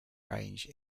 range